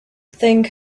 thing